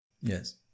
Yes